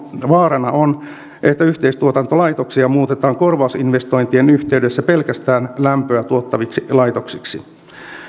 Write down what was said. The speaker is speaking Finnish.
vaarana on että yhteistuotantolaitoksia muutetaan korvausinvestointien yhteydessä pelkästään lämpöä tuottaviksi laitoksiksi